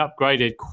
upgraded